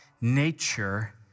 nature